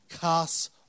casts